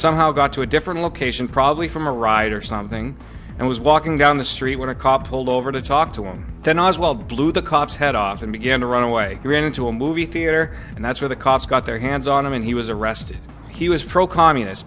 somehow got to a different location probably from a ride or something and was walking down the street when a cop pulled over to talk to him then oswald blew the cop's head off and began to run away he ran into a movie theater and that's where the cops got their hands on him and he was arrested he was pro communist